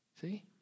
See